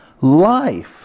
life